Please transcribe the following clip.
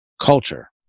culture